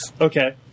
Okay